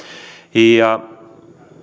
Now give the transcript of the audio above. ja